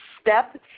step